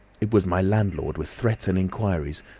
it was my landlord with threats and inquiries,